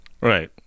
Right